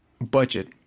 budget